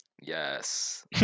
Yes